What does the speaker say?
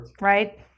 Right